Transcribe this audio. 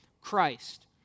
Christ